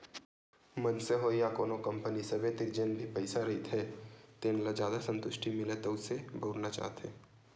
मनसे होय या कोनो कंपनी सबे तीर जेन भी पइसा रहिथे तेन ल जादा संतुस्टि मिलय तइसे बउरना चाहथे